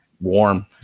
warm